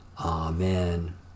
Amen